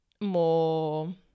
more